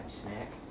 snack